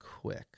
quick